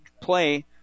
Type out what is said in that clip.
play